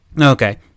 Okay